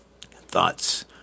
Thoughts